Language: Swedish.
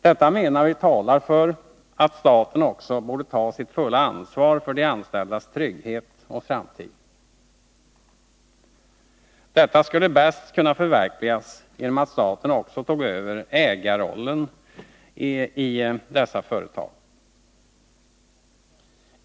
Detta menar vi talar för att staten också borde ta sitt fulla ansvar för Då de anställdas trygghet och framtid. Detta skulle bäst kunna förverkligas genom att staten också tog över ägarrollen i dessa företag.